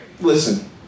listen